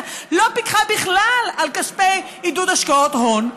לא פיקחו בכלל על כספי עידוד השקעות הון.